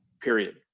period